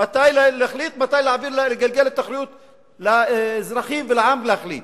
ומתי להחליט ומתי להגיע לאזרחים ולעם להחליט.